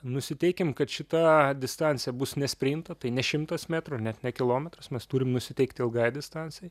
nusiteikim kad šita distancija bus ne sprinto tai ne šimtas metrų net ne kilometras mes turim nusiteikt ilgai distancijai